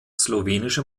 slowenische